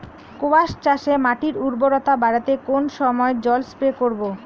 কোয়াস চাষে মাটির উর্বরতা বাড়াতে কোন সময় জল স্প্রে করব?